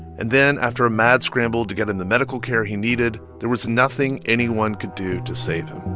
and then after a mad scramble to get him the medical care he needed, there was nothing anyone could do to save him